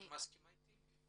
את מסכימה איתי?